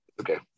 okay